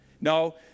No